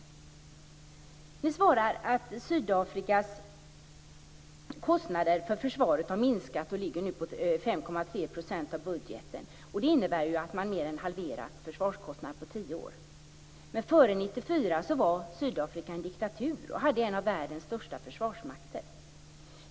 Pierre Schori svarar att Sydafrikas kostnader för försvaret har minskat och nu ligger på 5,3 % av budgeten, vilket innebär att man mer än halverat försvarskostnaderna på tio år. Men före 1994 var Sydafrika en diktatur och hade en av världens största försvarsmakter.